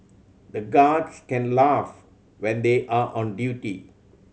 the guards can laugh when they are on duty